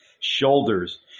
shoulders